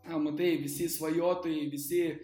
a matai visi svajotojai visi